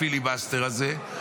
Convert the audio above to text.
הפיליבסטר הזה.